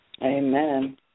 Amen